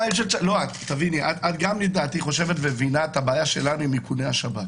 גם מבינה את הבעיה שלנו עם איכוני השב"כ.